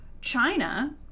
China